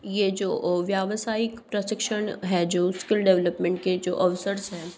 ये जो व्यावसायिक प्रशिक्षण है जो स्किल डेवलपमेंट के जो अवसर्स हैं